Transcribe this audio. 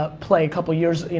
ah play a couple years,